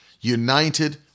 United